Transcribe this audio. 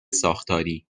ساختاری